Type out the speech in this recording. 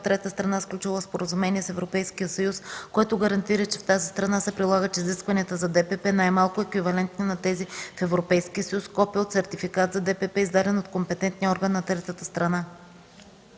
трета страна, сключила споразумение с Европейския съюз, което гарантира, че в тази страна се прилагат изисквания за ДПП, най-малко еквивалентни на тези в Европейския съюз – копие от сертификат за ДПП, издаден от компетентния орган на третата страна.”